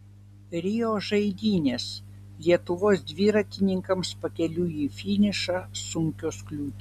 rio žaidynės lietuvos dviratininkams pakeliui į finišą sunkios kliūtys